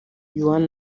juan